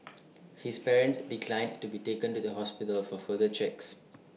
his parents declined to be taken to the hospital for further checks